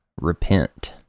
repent